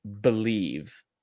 believe